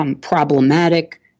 problematic